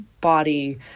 body